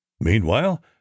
Meanwhile